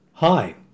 Hi